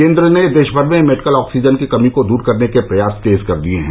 केन्द्र ने देश भर में मेडिकल ऑक्सीजन की कमी को दूर करने के प्रयास तेज कर दिये हैं